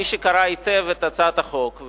מי שקרא היטב את הצעת החוק,